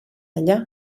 allà